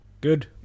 Good